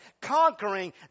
Conquering